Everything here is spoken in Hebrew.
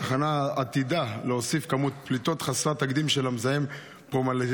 התחנה עתידה להוסיף כמות פליטות חסרת תקדים של המזהם פורמלדהיד,